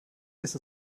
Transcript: ist